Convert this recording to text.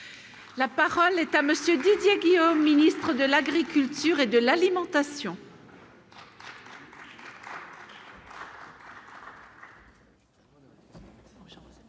la parole est à monsieur Didier Guillaume, ministre de l'Agriculture et de l'alimentation. Madame